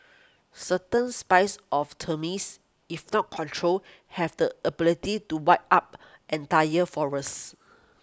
certain spice of termites if not controlled have the ability to wipe up entire forests